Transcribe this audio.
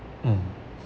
mm